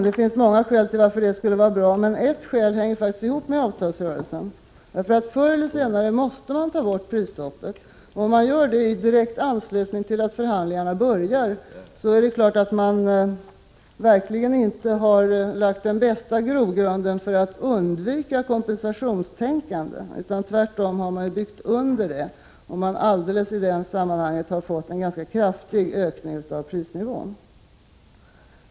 Det finns många skäl varför det skulle vara bra, men ett skäl hänger faktiskt ihop med avtalsrörelsen: Förr eller senare måste prisstoppet tas bort. Om det sker i direkt anslutning till att förhandlingarna börjar, har man verkligen inte lagt den bästa grunden för att undvika kompensationstänkandet. Man har tvärtom byggt under detta, om det har blivit en ganska kraftig ökning av prisnivån.